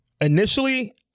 Initially